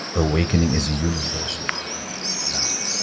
awakening is a universal value.